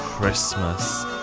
Christmas